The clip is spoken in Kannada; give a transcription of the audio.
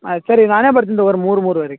ಆಯ್ತು ಸರಿ ನಾನೇ ಬರ್ತಿನಿ ತಗೋಳ್ರಿ ಮೂರು ಮೂರುವರೆಗ್